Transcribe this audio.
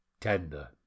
tender